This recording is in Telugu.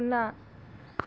సున్నా